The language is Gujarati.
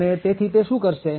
અને તેથી તે શું કરશે